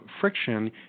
friction